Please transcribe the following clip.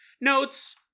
notes